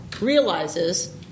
realizes